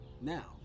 now